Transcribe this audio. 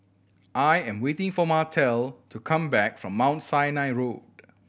I am waiting for Martell to come back from Mount Sinai Road